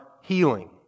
healing